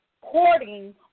courting